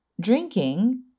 drinking